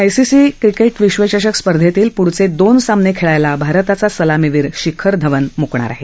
ICC cricket विश्वचषक स्पर्धेतील पृढचे दोन सामने खेळायला भारताचा सलामीवीर शिखर धवन मुकणार आहे